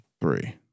Three